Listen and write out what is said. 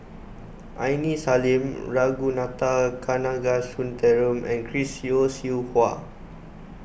Aini Salim Ragunathar Kanagasuntheram and Chris Yeo Siew Hua